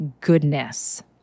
goodness